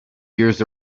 years